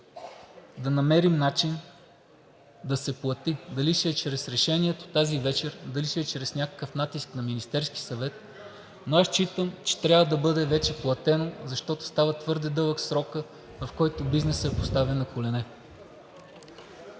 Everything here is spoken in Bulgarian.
да намерим начин да се плати – дали ще е чрез решението тази вечер, дали ще е чрез някакъв натиск на Министерския съвет, но считам, че трябва да бъде вече платено, защото става твърде дълъг срокът, в който бизнесът е поставен на колене.